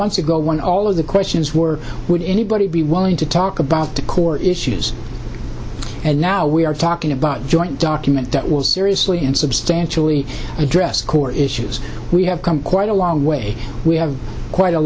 months ago when all of the questions were would anybody be willing to talk about the core issues and now we are talking about joint document that will seriously in substantially address core issues we have come quite a long way we have quite a